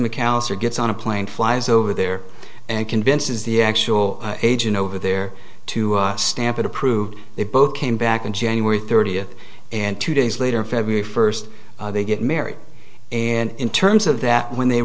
mcallister gets on a plane flies over there and convinces the actual agent over there to stamp it approved they both came back on january thirtieth and two days later february first they get married and in terms of that when they